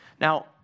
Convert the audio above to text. Now